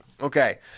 Okay